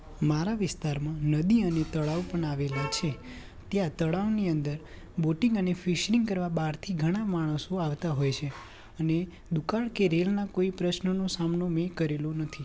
મારા વિસ્તારમાં નદી અને તળાવ પણ આવેલાં છે ત્યાં તળાવની અંદર બોટિંગ અને ફિશિંગ કરવા બહારથી ઘણા માણસો આવતા હોય છે અને દુકાળ કે રેલના કોઈ પ્રશ્નનો સામનો મેં કરેલો નથી